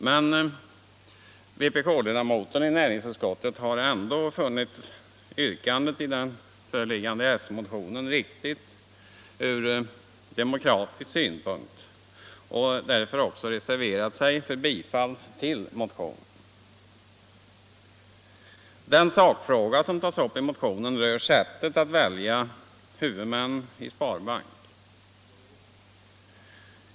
Men vpk-ledamoten i näringsutskottet har ändå funnit yrkandet i den föreliggande s-motionen riktigt ur demokratisk synpunkt och därför reserverat sig för bifall till motionen. Den sakfråga som tas upp i motionen rör sättet att välja huvudmän i sparbank.